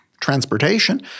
transportation